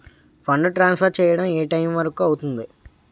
Fund transfer చేయడం ఏ time వరుకు అవుతుంది?